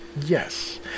Yes